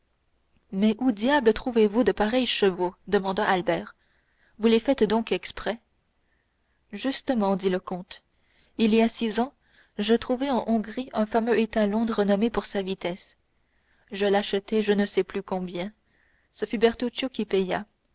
mais où diable trouvez-vous de pareils chevaux demanda albert vous les faites donc faire exprès justement dit le comte il y a six ans je trouvai en hongrie un fameux étalon renommé pour sa vitesse je l'achetai je ne sais plus combien ce fut bertuccio qui paya